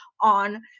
on